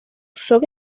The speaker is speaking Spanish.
son